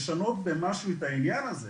לשנות במשהו את העניין הזה.